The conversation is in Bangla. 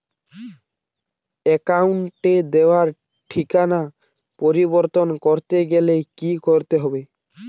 অ্যাকাউন্টে দেওয়া ঠিকানা পরিবর্তন করতে গেলে কি করতে হবে?